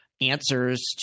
answers